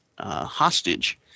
hostage